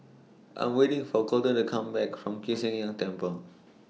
I'm waiting For Colten to Come Back from Kiew Sian King and Temple